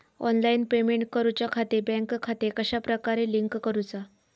Online payment करुच्याखाती bank खाते कश्या प्रकारे लिंक करुचा?